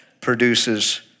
produces